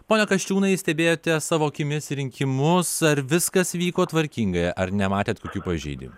pone kasčiūnai stebėjote savo akimis į rinkimus ar viskas vyko tvarkingai ar nematėt kokių pažeidimų